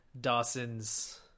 Dawson's